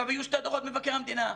היו שני דוחות מבקר המדינה.